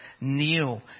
kneel